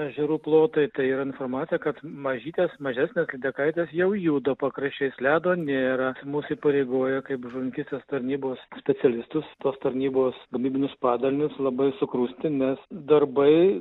ežerų plotai tai yra informacija kad mažytės mažesnės lydekaitės jau juda pakraščiais ledo nėra mus įpareigoja kaip žuvininkystės tarnybos specialistus tos tarnybos gamybinius padalinius labai sukrusti nes darbai